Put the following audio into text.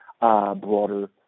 Broader